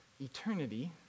eternity